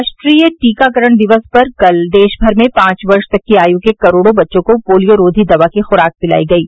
राष्ट्रीय टीकाकरण दिवस पर कल देश भर में पांच वर्ष तक की आयु के करोड़ों बच्चों को पोलियोरोधी दवा की खुराक पिलायी गयी